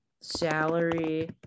Salary